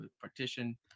partition